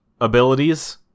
abilities